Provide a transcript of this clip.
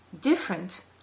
different